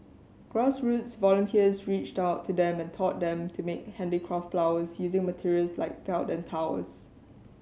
grassroots volunteers reached out to them and taught them to make handicraft flowers using materials like felt and towels